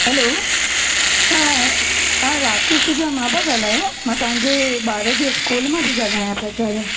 हलो तव्हां राकेश जा माउ था ॻाल्हायो मां तव्हांजे ॿार जे स्कूल मां थी ॻाल्हायां प्राचार्या